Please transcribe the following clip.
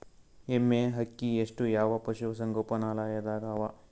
ಎಮ್ಮೆ ಅಕ್ಕಿ ಹೆಚ್ಚು ಯಾವ ಪಶುಸಂಗೋಪನಾಲಯದಾಗ ಅವಾ?